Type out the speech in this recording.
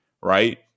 Right